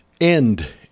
end